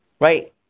right